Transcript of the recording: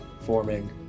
forming